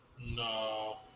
No